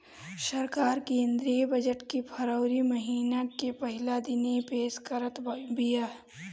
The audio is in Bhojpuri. सरकार केंद्रीय बजट के फरवरी महिना के पहिला दिने पेश करत बिया